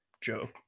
Joe